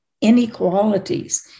inequalities